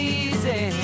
easy